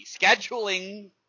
scheduling